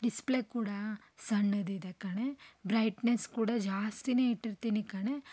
display ಕೂಡ ಸಣ್ಣದಿದೆ ಕಣೆ ಬ್ರೈಟ್ನೆಸ್ ಕೂಡ ಜಾಸ್ತಿನೇ ಇಟ್ಟಿರ್ತೀನಿ ಕಣೆ